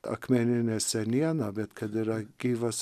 akmeninė seniena bet kad yra gyvas